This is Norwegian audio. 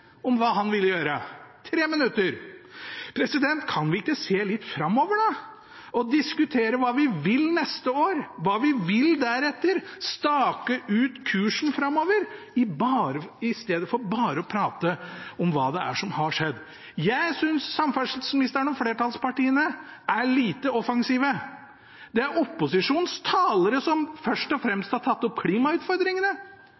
minutter. Kan vi ikke se litt framover og diskutere hva vi vil til neste år, hva vi vil deretter, og stake ut kursen framover i stedet for bare å prate om det som har skjedd? Jeg synes samferdselsministeren og flertallspartiene er lite offensive. Det er opposisjonens talere som først og fremst har tatt opp klimautfordringene.